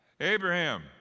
Abraham